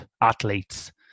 athletes